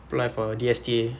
apply for D_S_T_A